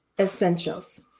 essentials